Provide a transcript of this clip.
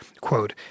quote